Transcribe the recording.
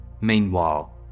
Meanwhile